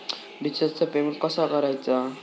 रिचार्जचा पेमेंट कसा करायचा?